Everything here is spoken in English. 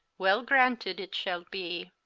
well granted it shale be.